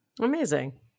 Amazing